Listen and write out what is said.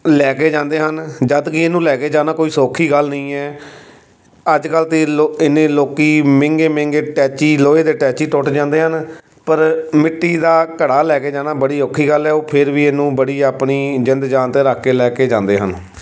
ਲੈ ਕੇ ਜਾਂਦੇ ਹਨ ਜਦ ਕਿ ਇਹਨੂੰ ਲੈ ਕੇ ਜਾਣਾ ਕੋਈ ਸੌਖੀ ਗੱਲ ਨਹੀਂ ਹੈ ਅੱਜ ਕੱਲ੍ਹ ਤਾਂ ਇੰਨੇ ਲੋਕੀ ਮਹਿੰਗੇ ਮਹਿੰਗੇ ਅਟੈਚੀ ਲੋਹੇ ਦੇ ਅਟੈਚੀ ਟੁੱਟ ਜਾਂਦੇ ਹਨ ਪਰ ਮਿੱਟੀ ਦਾ ਘੜਾ ਲੈ ਕੇ ਜਾਣਾ ਬੜੀ ਔਖੀ ਗੱਲ ਹੈ ਉਹ ਫਿਰ ਵੀ ਇਹਨੂੰ ਬੜੀ ਆਪਣੀ ਜਿੰਦ ਜਾਨ 'ਤੇ ਰੱਖ ਕੇ ਲੈ ਕੇ ਜਾਂਦੇ ਹਨ